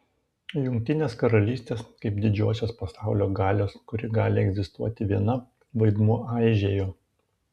jungtinės karalystės kaip didžiosios pasaulio galios kuri gali egzistuoti viena vaidmuo aižėjo